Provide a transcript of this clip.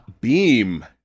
Beam